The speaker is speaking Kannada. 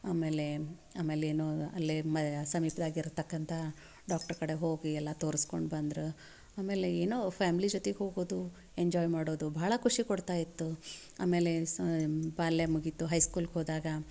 ಆಮೇಲೆ ಆಮೇಲೆ ಏನು ಅಲ್ಲಿ ಮ ಸಮೀಪ್ದಾಗ ಇರತಕ್ಕಂಥ ಡಾಕ್ಟ್ರ್ ಕಡೆ ಹೋಗಿ ಎಲ್ಲ ತೋರಿಸ್ಕೊಂಡು ಬಂದರು ಆಮೇಲೆ ಏನೋ ಫ್ಯಾಮ್ಲಿ ಜೊತಿಗೆ ಹೋಗೋದು ಎಂಜಾಯ್ ಮಾಡೋದು ಭಾಳ ಖುಷಿ ಕೊಡ್ತಾ ಇತ್ತು ಆಮೇಲೆ ಸಾ ಬಾಲ್ಯ ಮುಗಿಯಿತು ಹೈ ಸ್ಕೂಲ್ಗ್ ಹೋದಾಗ